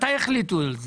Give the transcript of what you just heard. מתי החליטו על זה?